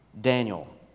Daniel